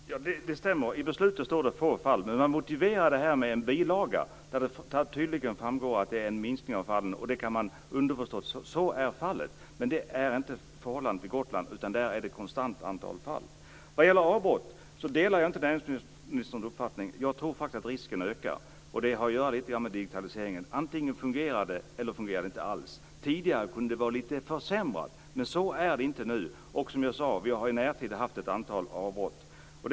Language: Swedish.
Fru talman! Det stämmer att det i beslutet står få fall, men man motiverar det här i en bilaga där det tydligen framgår att det är en minskning av fallen. Det kan man underförstått uppfatta som att så är fallet. Men det är inte förhållandet på Gotland, utan där är det ett konstant antal fall. När det gäller avbrott delar jag inte näringsministerns uppfattning. Jag tror faktiskt att risken ökar. Det har att göra med digitaliseringen: antingen fungerar det eller så fungerar det inte alls. Tidigare kunde det vara lite försämrat, men så är det inte nu. Vi har haft ett antal avbrott i närtid.